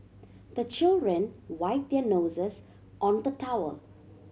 the children wipe their noses on the towel